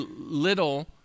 little